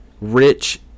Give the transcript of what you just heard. rich